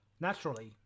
Naturally